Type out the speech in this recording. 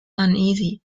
uneasy